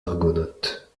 argonautes